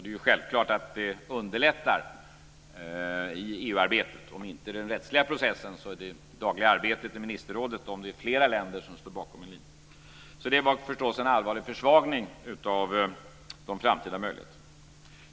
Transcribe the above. Det är självklart att det underlättar i EU-arbetet, om inte i den rättsliga processen så i det dagliga arbetet i ministerrådet, om det är flera länder som står bakom en linje. Det var förstås en allvarlig försvagning av de framtida möjligheterna.